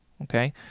okay